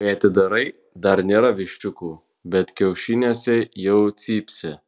kai atidarai dar nėra viščiukų bet kiaušiniuose jau cypsi